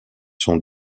sont